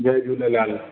Jay Jhulelal